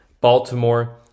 Baltimore